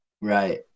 right